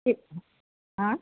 কি হা